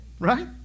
right